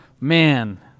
Man